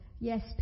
yes